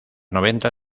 noventa